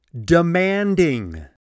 demanding